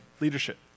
leadership